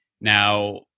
Now